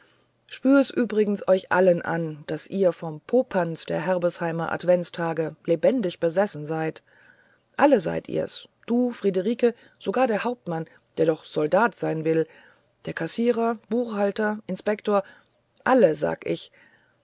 spür's übrigens euch allen an daß ihr vom popanz der herbesheimer adventstage lebendig besessen seid alle seid ihr's du friederike sogar der hauptmann der doch soldat sein will der kassierer buchhalter inspektor alle sag ich